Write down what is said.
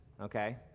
Okay